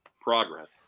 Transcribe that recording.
progress